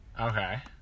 Okay